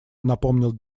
напомнил